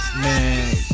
man